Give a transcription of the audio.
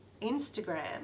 Instagram